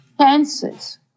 chances